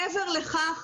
מעבר לכך,